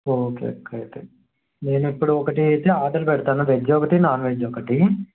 okay అక్క అయితే నేను ఇప్పుడు ఒకటి అయితే ఆర్డర్ పెడతాను వెజ్ ఒకటి నాన్వెజ్ ఒకటి